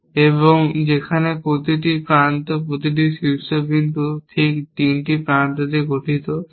এবং যেখানে প্রতিটি প্রান্ত প্রতিটি শীর্ষবিন্দু ঠিক 3টি প্রান্ত দিয়ে তৈরি